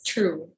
True